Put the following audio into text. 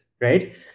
right